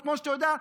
כמו שאתה יודע,